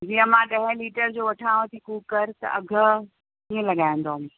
जीअं मां ॾहें लीटर जो वठांव थी कूकर त अघु कीअं लॻाईंदव